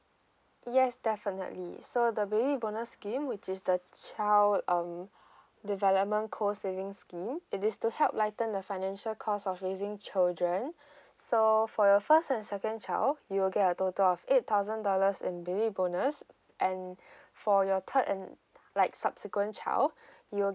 yes definitely so the baby bonus scheme which is the child um development cold saving scheme it is to help lighten the financial cost of raising children so for the first and second child you will get a total of eight thousand dollars in baby bonus and for your third and like subsequent child you will